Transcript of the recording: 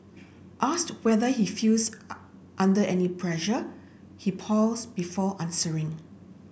asked whether he feels under any pressure he pauses before answering